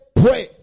pray